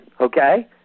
okay